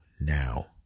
now